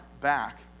back